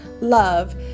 love